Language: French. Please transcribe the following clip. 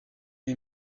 est